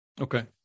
Okay